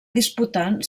disputant